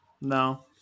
No